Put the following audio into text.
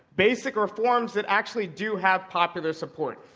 basic reforms that actually do have popular support.